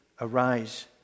arise